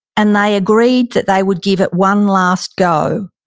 and they agreed that they would give it one last go,